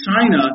China